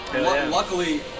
luckily